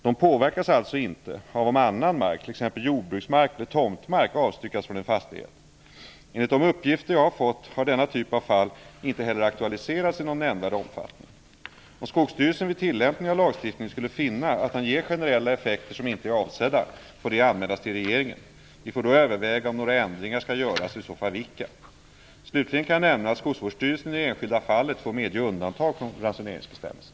De påverkas alltså inte av om annan mark, t.ex. jordbruksmark eller tomtmark, avstyckas från en fastighet. Enligt de uppgifter jag har fått har denna typ av fall inte heller aktualiserats i någon nämnvärd omfattning. Om Skogsvårdsstyrelsen vid tillämpningen av lagstiftningen skulle finna att den ger generella effekter som inte är avsedda, får det anmälas till regeringen. Vi får då överväga om några ändringar skall göras och i så fall vilka. Slutligen kan jag nämna att Skogsvårdsstyrelsen i det enskilda fallet får medge undantag från ransoneringsbestämmelserna.